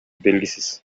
белгисиз